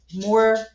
more